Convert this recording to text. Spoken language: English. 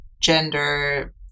gender